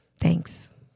Thanks